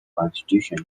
constitution